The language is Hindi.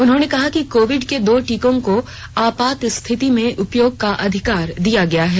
उन्होंने कहा कि कोविड के दो टीकों को आपात स्थिति में उपयोग का अधिकार दिया गया है